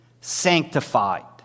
sanctified